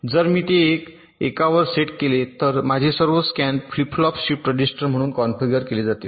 जर मी ते एका वर सेट केले तर माझे सर्व scan flip flop shift register म्हणून कॉन्फिगर केले जातील